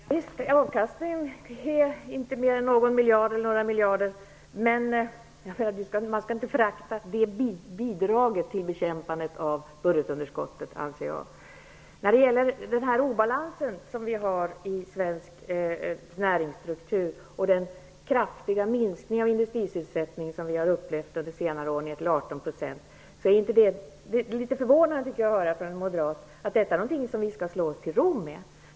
Herr talman! Visst -- avkastningen är inte mer än någon eller några miljarder, men jag anser att man inte skall förakta det bidraget till bekämpandet av budgetunderskottet. Det är något förvånande att från en moderat höra att obalansen i svensk näringsstruktur och den kraftiga minskningen av industrisysselsättningen ned till 18 % som vi har upplevt under senare år är något som vi skall slå oss till ro med.